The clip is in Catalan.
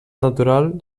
natural